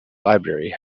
library